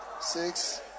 Six